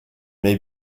may